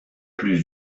plus